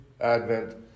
Advent